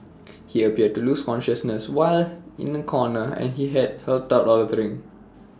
he appeared to lose consciousness while in A corner and he had helped out of the ring